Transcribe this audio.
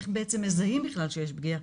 איך בעצם מזהים בכלל שיש פגיעה?